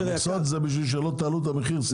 המכסות זה בשביל שלא תעלו את המחיר סתם.